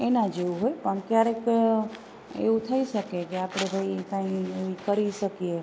એનાં જેવું હોય પણ ક્યારેક એવું થઈ શકે કે આપણે ભાઈ એ કંઇ કરી શકીએ